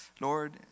Lord